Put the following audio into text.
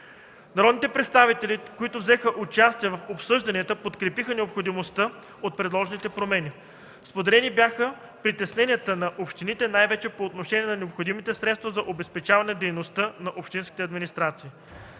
Народните представители, които взеха участие в обсъжданията, подкрепиха необходимостта от предложените промени. Споделени бяха притесненията на общините най-вече по отношение на необходимите средства за обезпечаване на дейността на общинските администрации.